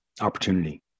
opportunity